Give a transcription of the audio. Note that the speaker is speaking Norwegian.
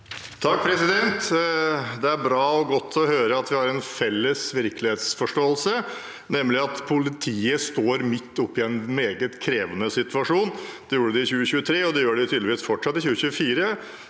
(FrP) Det er bra og godt å høre at vi har en felles virkelighetsforståelse, nemlig om at politiet står midt oppe i en meget krevende situasjon. Det gjorde de i 2023, og det gjør de tydeligvis fortsatt i 2024.